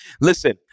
Listen